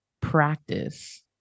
practice